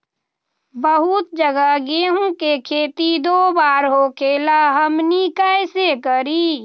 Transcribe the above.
बहुत जगह गेंहू के खेती दो बार होखेला हमनी कैसे करी?